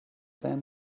them